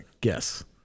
Guess